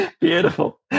Beautiful